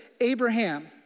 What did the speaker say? Abraham